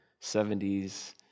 70s